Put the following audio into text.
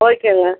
ஓகேங்க